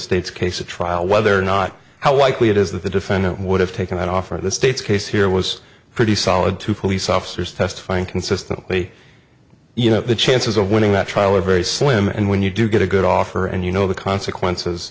state's case at trial whether or not how likely it is that the defendant would have taken off for the state's case here was pretty solid to police officers testifying consistently you know the chances of winning that trial are very slim and when you do get a good offer and you know the consequences